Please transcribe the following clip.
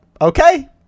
okay